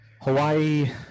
hawaii